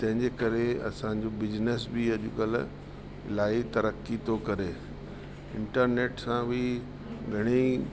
तंहिंजे करे असांजो बिजिनस बि अॼु कल्ह इलाही तरक़ी थो करे इंटरनेट सां बि घणेई